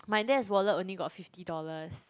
my dad's wallet only got fifty dollars